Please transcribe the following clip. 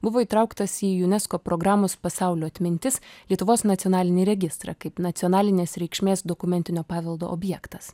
buvo įtrauktas į unesco programos pasaulio atmintis lietuvos nacionalinį registrą kaip nacionalinės reikšmės dokumentinio paveldo objektas